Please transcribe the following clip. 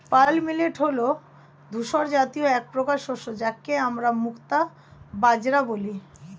pearl millet হল ধূসর জাতীয় একপ্রকার শস্য যাকে আমরা মুক্তা বাজরা বলি